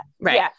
Right